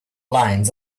lines